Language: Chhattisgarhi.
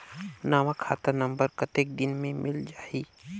नवा खाता नंबर कतेक दिन मे मिल जाही?